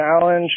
challenge